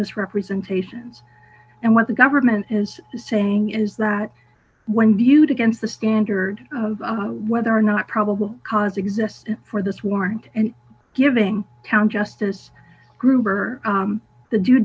misrepresentations and what the government is saying is that when viewed against the standard of whether or not probable cause exists for this warrant and giving count justice gruber